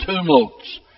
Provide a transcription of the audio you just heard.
tumults